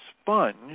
sponge